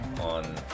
on